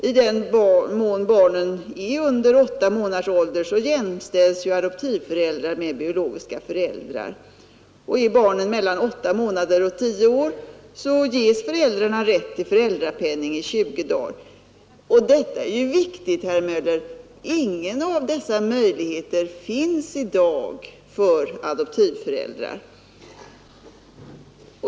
I den mån barnen är under åtta månaders ålder jämställs adoptivföräldrar med biologiska föräldrar, och om barnen är mellan åtta månader och tio år ges föräldrarna rätt till föräldrapenning i 20 dagar. Detta är viktigt, herr Möller: Ingen av dessa möjligheter finns i dag för adoptivföräldrar.